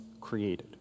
created